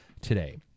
today